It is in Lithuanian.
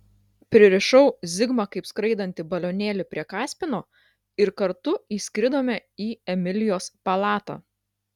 pririšau zigmą kaip skraidantį balionėlį prie kaspino ir kartu įskridome į emilijos palatą